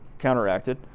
counteracted